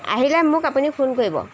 আহিলে মোক আপুনি ফোন কৰিব